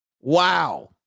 wow